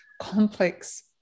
complex